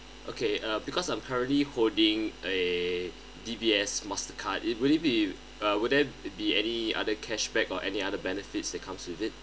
okay uh because I'm currently holding a D_B_S mastercard will it be uh would there be any other cashback or any other benefits that comes with it